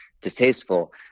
distasteful